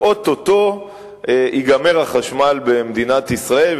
ואו-טו-טו ייגמר החשמל במדינת ישראל.